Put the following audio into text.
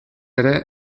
ere